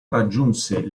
raggiunse